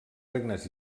regnes